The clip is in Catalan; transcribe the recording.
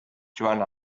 joan